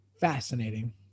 Fascinating